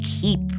keep